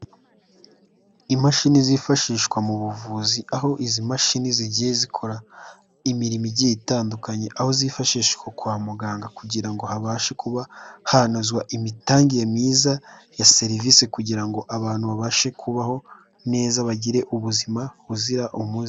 Imashini zifashishwa mu buvuzi, aho izi mashini zigiye zikora imirimo igiye itandukanye. Aho zifashishwa kwa muganga kugira ngo habashe kuba hanozwa imitangire myiza ya serivisi kugira ngo abantu babashe kubaho neza bagire ubuzima buzira umuze.